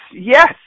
Yes